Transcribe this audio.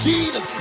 Jesus